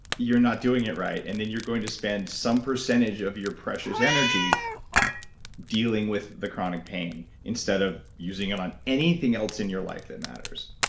you're not doing it right, and then you're going to spend some percentage of your precious energy dealing with the chronic pain instead of using it on anything else in your life that matters